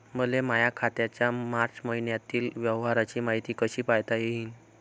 मले माया खात्याच्या मार्च मईन्यातील व्यवहाराची मायती कशी पायता येईन?